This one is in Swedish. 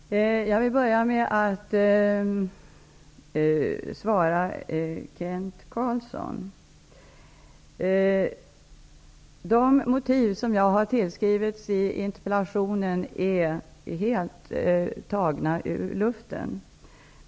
Fru talman! Jag vill börja med att svara på Kent Carlssons frågor. De motiv som jag har tillskrivits i interpellationen är helt tagna ur luften.